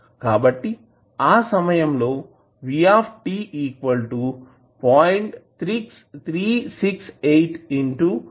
కాబట్టి ఆ సమయం లో అవుతుంది